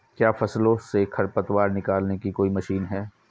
क्या फसलों से खरपतवार निकालने की कोई मशीन है?